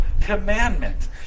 commandment